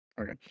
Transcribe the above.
Okay